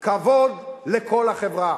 כבוד לכל החברה.